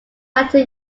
latter